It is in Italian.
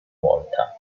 volta